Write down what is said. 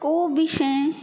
को बि शइ